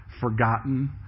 forgotten